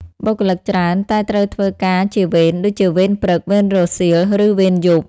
បុគ្គលិកច្រើនតែត្រូវធ្វើការជាវេន ដូចជាវេនព្រឹក វេនរសៀល ឬវេនយប់។